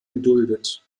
geduldet